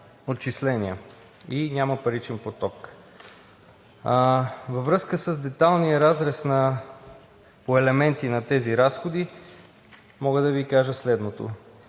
отчисления и няма паричен поток. Във връзка с детайлния разрез по елементи на тези разходи мога да Ви кажа следното: